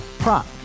Prop